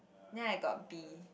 then I got B